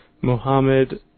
Mohammed